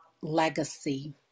legacy